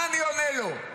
מה אני עונה לו?